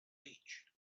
beach